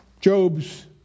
Job's